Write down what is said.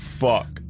fuck